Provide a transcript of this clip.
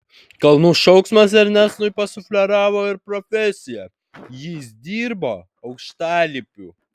kalnų šauksmas ernestui pasufleravo ir profesiją jis dirbo aukštalipiu